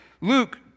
Luke